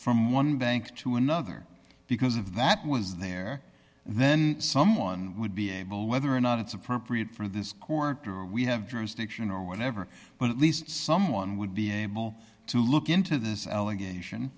from one bank to another because of that was there then someone would be able whether or not it's appropriate for this quarter we have jurisdiction or whatever but at least someone would be able to look into this allegation